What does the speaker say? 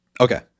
Okay